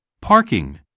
Parking